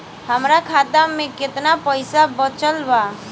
हमरा खाता मे केतना पईसा बचल बा?